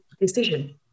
decision